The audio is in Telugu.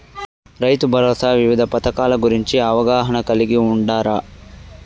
రైతుభరోసా వివిధ పథకాల గురించి అవగాహన కలిగి వుండారా?